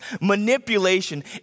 manipulation